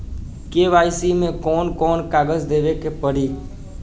KYC मे कौन कौन कागज देवे के पड़ी?